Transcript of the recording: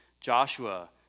Joshua